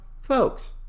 folks